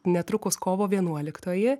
netrukus kovo vienuoliktoji